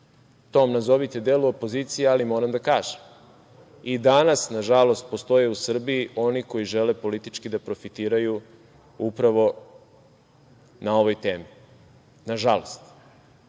tom nazovite delu opozicije, ali moram da kažem da i danas, nažalost, postoje u Srbiji oni koji žele politički da profitiraju upravo na ovoj temi. Ko su